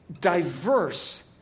diverse